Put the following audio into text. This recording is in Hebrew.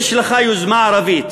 יש לך יוזמה ערבית,